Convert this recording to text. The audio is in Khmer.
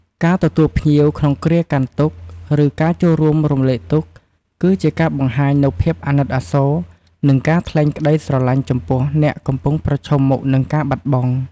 ការទទួលភ្ញៀវក្នុងគ្រាកាន់ទុក្ខ ឬការចូលរួមរំលែកទុក្ខ គឺជាការបង្ហាញនូវភាពអាណិតអាសូរ និងការថ្លែងក្តីស្រឡាញ់ចំពោះអ្នកកំពុងប្រឈមមុខនឹងការបាត់បង់។